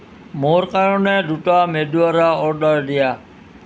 মোৰ কাৰণে দুটা মেদুৱাৰা অৰ্ডাৰ দিয়া